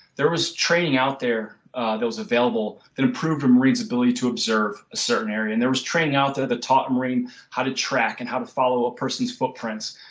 there was training out there ah that was available. it improved the marine's ability to observe a certain area and there was training out there that taught marine how to track and how to follow a person's footprints.